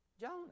Jonah